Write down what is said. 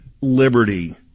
liberty